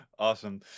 Awesome